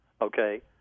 okay